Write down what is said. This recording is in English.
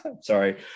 sorry